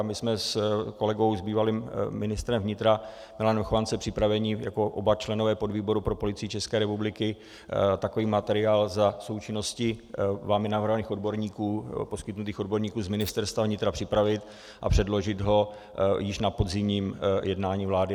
My jsme s kolegou, bývalým ministrem vnitra Milanem Chovancem, připraveni jako oba členové podvýboru pro Policii České republiky takový materiál za součinnosti vámi navrhovaných odborníků, poskytnutých odborníků z Ministerstva vnitra, připravit a předložit ho již na podzimním jednání vlády.